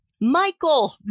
Michael